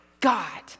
God